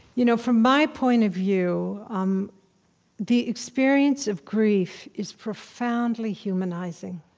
you know from my point of view, um the experience of grief is profoundly humanizing